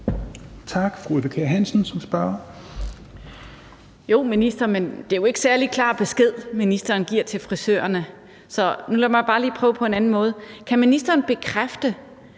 17:08 Eva Kjer Hansen (V): Jo, men det er jo ikke nogen særlig klar besked, ministeren giver til frisørerne. Så lad mig bare lige prøve at spørge på en anden måde: Kan ministeren bekræfte,